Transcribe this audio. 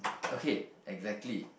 okay exactly